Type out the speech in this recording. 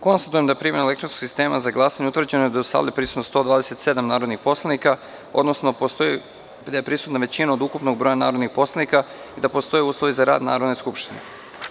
Konstatujem da je primenom elektronskog sistema za glasanje, utvrđeno da je u sali prisutno 127 narodnih poslanika, odnosno da je prisutna većina od ukupnog broja narodnih poslanika i da postoje uslovi za rad Narodne skupštine.